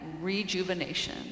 rejuvenation